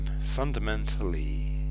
fundamentally